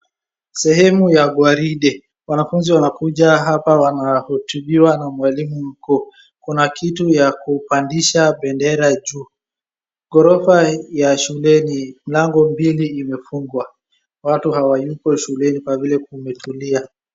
Sehemu ya gwaride. Wanafuzi wanakuja hapa wanahutubiwa na mwalimu mkuu. Kuna kitu ya kupandisha bendera juu. Ghorofa hii ya shuleni lango mbili imefungwa. Watu hawayuko shuleni kwa vile kumetulia.